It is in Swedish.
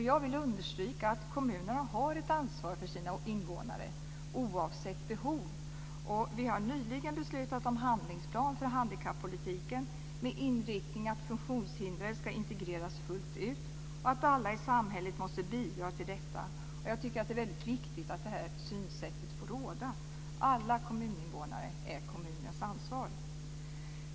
Jag vill understryka att kommunerna har ett ansvar för sina invånare, oavsett behov. Vi har ju nyligen beslutat om en handlingsplan för handikappolitiken med inriktningen att funktionshindrade fullt ut ska integreras och att alla i samhället måste bidra till detta. Jag menar att det är viktigt att det synsättet får råda. Alla kommuninvånare är alltså kommunens ansvar.